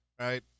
Right